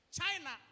China